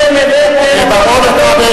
אתה טמבל.